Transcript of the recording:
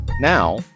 Now